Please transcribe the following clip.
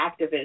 activist